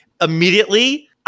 immediately